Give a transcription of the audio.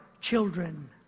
children